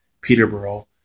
Peterborough